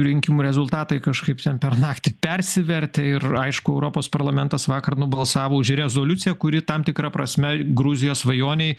rinkimų rezultatai kažkaip ten per naktį persivertė ir aišku europos parlamentas vakar nubalsavo už rezoliuciją kuri tam tikra prasme gruzijos svajonei